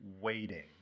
waiting